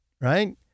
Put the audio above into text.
right